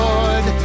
Lord